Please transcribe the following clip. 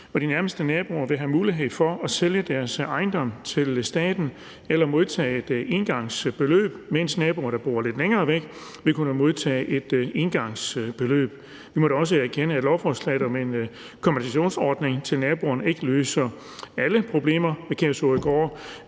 De nærmeste naboer vil have mulighed for at sælge deres ejendomme til staten eller modtage et engangsbeløb, mens naboer, der bor lidt længere væk, vil kunne modtage et engangsbeløb. Jeg må da også erkende, at lovforslaget om en kompensationsordning til naboerne ikke løser alle problemer ved Kærshovedgård